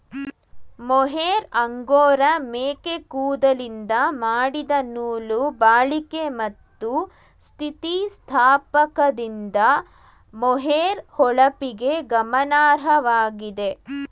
mohair angora ಮೇಕೆ ಕೂದಲಿಂದ ಮಾಡಿದ ನೂಲು ಬಾಳಿಕೆ ಮತ್ತು ಸ್ಥಿತಿಸ್ಥಾಪಕದಿಂದ ಮೊಹೇರ್ ಹೊಳಪಿಗೆ ಗಮನಾರ್ಹವಾಗಿದೆ